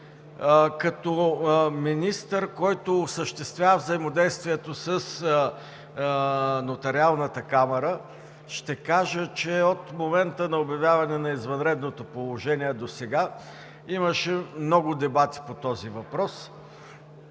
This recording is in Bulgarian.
Като министър, който осъществява взаимодействието с Нотариалната камара, ще кажа, че от момента на обявяване на извънредното положение досега, имаше много дебати по този въпрос.